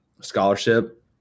scholarship